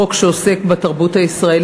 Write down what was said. חוק שעוסק בתרבות הישראלית,